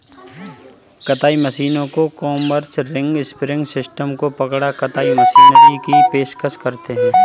कताई मशीनों को कॉम्बर्स, रिंग स्पिनिंग सिस्टम को कपड़ा कताई मशीनरी की पेशकश करते हैं